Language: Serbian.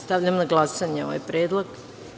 Stavljam na glasanje ovaj predlog.